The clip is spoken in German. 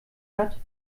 hat